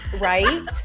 right